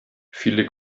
viele